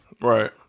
Right